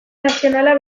nazionala